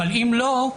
אם לא,